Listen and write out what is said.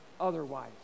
otherwise